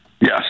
Yes